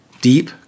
deep